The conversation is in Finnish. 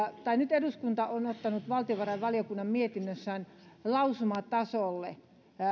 nyt eduskunta on ottanut valtiovarainvaliokunnan mietinnössään lausuman tasolle